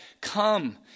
come